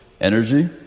energy